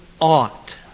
ought